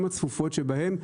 גם הצפופות שבהן,